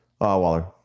Waller